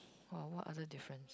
oh what other difference